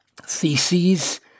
theses